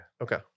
okay